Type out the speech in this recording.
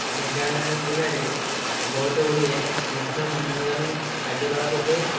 ଢେଙ୍କାନାଳ ଜିଲ୍ଲାରେ ବହୁତ ଗୁଡ଼ିଏ ମୁଖ୍ୟ ମନୋରଞ୍ଜନ କାର୍ଯ୍ୟକଳାପ ହୁଏ